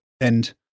and-